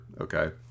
okay